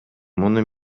муну